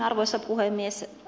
arvoisa puhemies